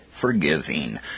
forgiving